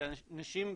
אנשים,